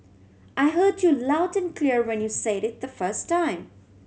I heard you loud and clear when you said it the first time